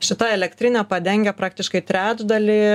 šita elektrinė padengia praktiškai trečdalį